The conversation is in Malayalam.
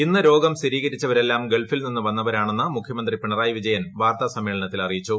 ഇന്ന് രോഗം സ്ഥിരീകരിച്ചവരെല്ലാം ഗൾഫിൽനിന്നു വന്നവരാണെന്നു മുഖ്യമന്ത്രി പിണറായി വിജയൻ വാർത്താസമ്മേളനത്തിൽ അറിയിച്ചു